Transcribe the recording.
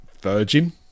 Virgin